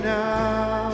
now